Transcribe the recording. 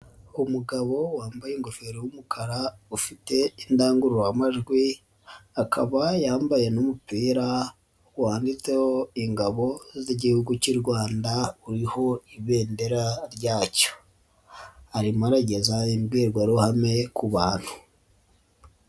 Umugabo wambaye ingofero y'umukara, ufite indangururamajwi, akaba yambaye n'umupira wanditseho ingabo z'Igihugu cy'u Rwanda uriho ibendera ryacyo, arimo arageza imbwirwaruhame ku bantu.